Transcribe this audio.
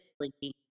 Slinky